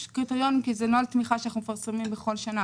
כי זה נוהל תמיכה שאנחנו מפרסמים בכל שנה,